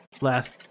last